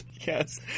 Yes